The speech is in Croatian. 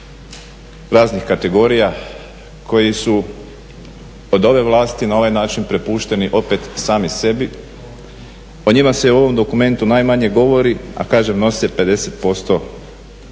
raznih kategorija koji su od vlaste na ovaj način prepušteni opet sami sebi. O njima se u ovom dokumentu najmanje govori, a kažem nose 50% hrvatskog